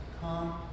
come